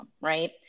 right